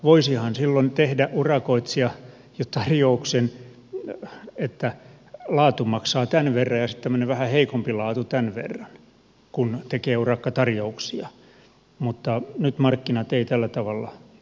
voisihan silloin tehdä urakoitsija tarjouksen että laatu maksaa tämän verran ja sitten tämmöinen vähän heikompi laatu tämän verran kun tekee urakkatarjouksia mutta nyt markkinat eivät tällä tavalla toimi